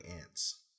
ants